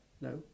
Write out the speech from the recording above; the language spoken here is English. No